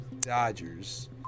Dodgers